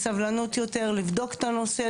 בסבלנות יותר לבדוק את הנושא,